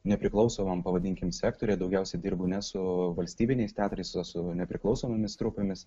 nepriklausomam pavadinkim sektoriuje daugiausiai dirbu ne su valstybiniais teatrais o su nepriklausomomis trupėmis